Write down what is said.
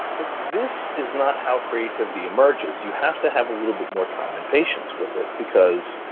but this is not how creativity emerges, you have to have a little bit more time and patience with it, because,